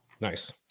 Nice